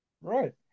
Right